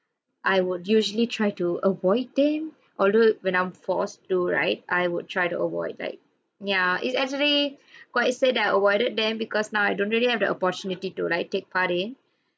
I would usually try to avoid them although when I'm forced to right I would try to avoid like ya it's actually quite sad that I avoided them because now I don't really have the opportunity to like take part in